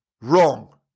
wrong